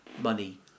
money